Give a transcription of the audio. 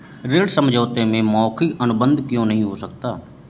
ऋण समझौते में मौखिक अनुबंध क्यों नहीं हो सकता?